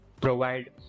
provide